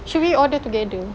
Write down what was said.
should we order together